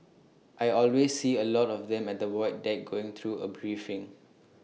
I always see A lot of them at the void deck going through A briefing